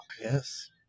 Yes